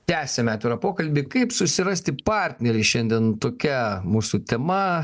tęsiame atvirą pokalbį kaip susirasti partnerį šiandien tokia mūsų tema